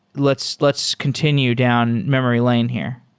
let's let's continue down memory lane here.